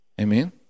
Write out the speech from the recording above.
Amen